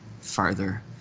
farther